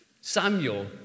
Samuel